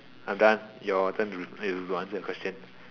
I'm done your turn to to answer the question